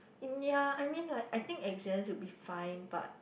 um ya I mean like I think exams will be fine but